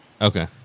Okay